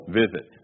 visit